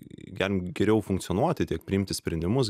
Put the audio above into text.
galim geriau funkcionuoti tiek priimti sprendimus